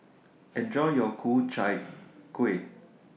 Enjoy your Ku Chai Kuih